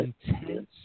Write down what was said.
intense